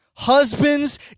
Husbands